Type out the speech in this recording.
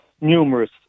numerous